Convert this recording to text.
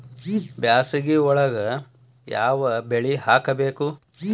ಬ್ಯಾಸಗಿ ಒಳಗ ಯಾವ ಬೆಳಿ ಹಾಕಬೇಕು?